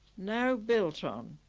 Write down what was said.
now built on.